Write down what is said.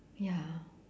ya